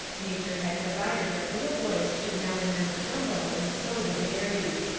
nature had provided that little boys should now and then stumble and sow the berries.